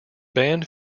band